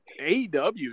AEW